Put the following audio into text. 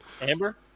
Amber